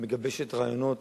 היא מגבשת רעיונות